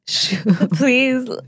Please